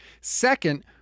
Second